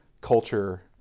culture